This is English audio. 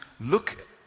look